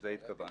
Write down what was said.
לזה התכוונתי.